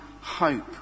hope